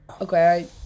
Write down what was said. Okay